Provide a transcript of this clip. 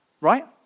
Right